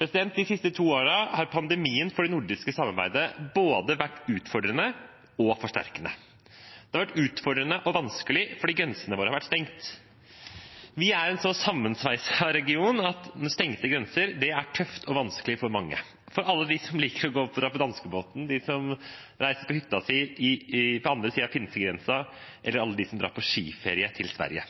De siste to årene har pandemien vært både utfordrende og forsterkende for det nordiske samarbeidet. Det har vært utfordrende og vanskelig fordi grensene våre har vært stengt. Vi er en så sammensveiset regionen at stengte grenser er tøft og vanskelig for mange: for alle som liker å dra med danskebåten, de som reiser på hytten sin på den andre siden av finskegrensen eller alle som drar på skiferie til Sverige.